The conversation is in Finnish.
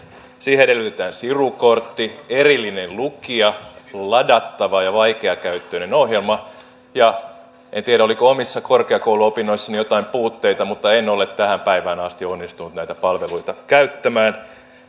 siihen edellytetään sirukortti erillinen lukija ladattava ja vaikeakäyttöinen ohjelma ja en tiedä oliko omissa korkeakouluopinnoissani joitain puutteita mutta en ole tähän päivään asti onnistunut näitä palveluita käyttämään